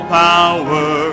power